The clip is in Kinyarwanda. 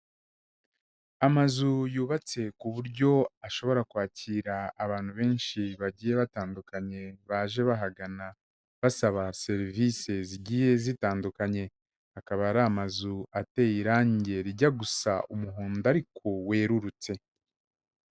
Amazu yubatse ku buryo ashobora kwakira abantu benshi bagiye batandukanye baje bahagana basaba serivisi zigiye zitandukanye, akaba ari amazu ateye irange rijya gusa umuhondo ariko werurutse.